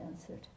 answered